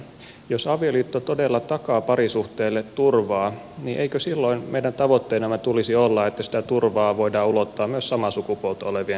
jos avioliitto todella takaa parisuhteelle turvaa niin eikö silloin meidän tavoitteenamme tulisi olla että sitä turvaa voidaan ulottaa myös samaa sukupuolta olevien parien suhteisiin